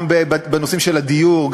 גם בנושאים של הדיור,